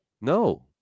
No